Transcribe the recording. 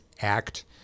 Act